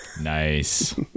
nice